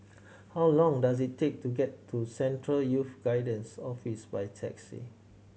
how long does it take to get to Central Youth Guidance Office by taxi